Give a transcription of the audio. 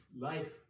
life